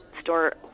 store